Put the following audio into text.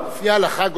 לפי ההלכה,